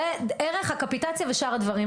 ראה ערך הקפיטציה ושאר הדברים.